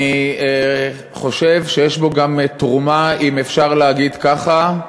אני חושב שיש בחוק גם תרומה, אם אפשר להגיד כך,